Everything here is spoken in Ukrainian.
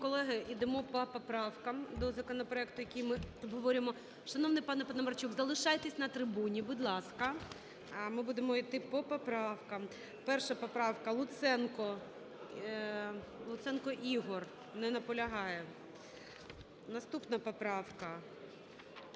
колеги, ідемо по поправках до законопроекту, який ми обговорюємо. Шановний пане Паламарчук залишайтесь на трибуні, будь ласка. Ми будемо йти по поправках. 1 поправка, Луценко, Луценко Ігор. Не наполягає. Наступна поправка.